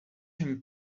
him